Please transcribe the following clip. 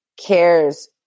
cares